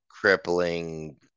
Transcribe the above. crippling